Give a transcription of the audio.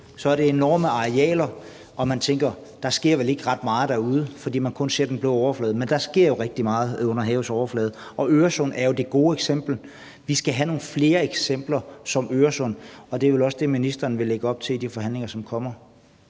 er et enormt areal, og man tænker, at der vel ikke sker ret meget derude, fordi man kun ser den blå overflade. Men der sker jo rigtig meget under havets overflade. Øresund er jo det gode eksempel. Vi skal have nogle flere eksempler som Øresund, og det er vel også det, ministeren vil lægge op til i de forhandlinger, som kommer.